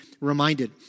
reminded